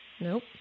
Nope